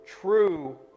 true